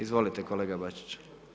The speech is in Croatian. Izvolite kolega Bačić.